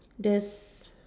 death